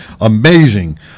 amazing